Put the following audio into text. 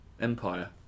empire